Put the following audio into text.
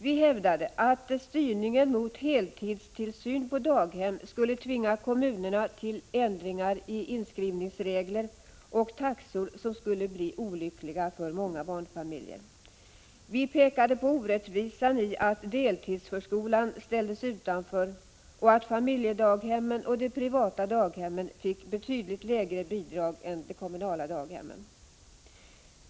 Vi hävdade att styrningen mot heltidstillsyn på daghem skulle tvinga kommunerna till ändringar i inskrivningsregler och taxor som skulle bli olyckliga för många barnfamiljer. Vi pekade på orättvisan i att deltidsförskolan ställdes utanför och i att familjedaghemmen och de privata daghemmen fick betydligt lägre bidrag än de kommunala daghemmen.